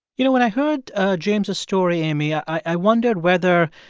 you know, when i heard james' story, amy, i wondered whether,